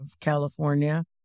California